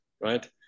right